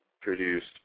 produced